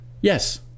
Yes